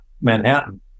Manhattan